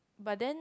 but then